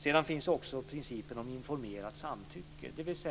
Sedan finns också principen om informerat samtycke, dvs.